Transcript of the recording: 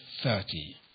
thirty